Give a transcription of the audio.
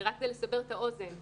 רק לסבר את האוזן,